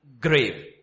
grave